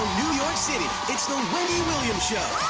new york city, it's the wendy williams show.